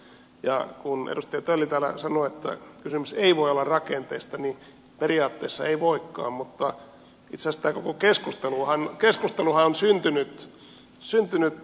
kun edustaja tölli täällä sanoi että kysymys ei voi olla rakenteista niin periaatteessa ei voikaan mutta itse asiassa tämä koko keskusteluhan on syntynyt